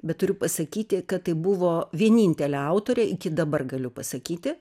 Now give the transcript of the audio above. bet turiu pasakyti kad tai buvo vienintelė autorė iki dabar galiu pasakyti